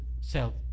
self